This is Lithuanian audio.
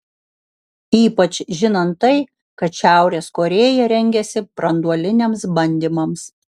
ypač žinant tai kad šiaurės korėja rengiasi branduoliniams bandymams